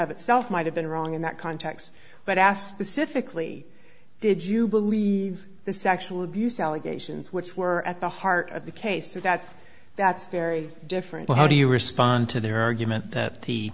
of itself might have been wrong in that context but asked specifically did you believe the sexual abuse allegations which were at the heart of the case so that's that's very different but how do you respond to their argument that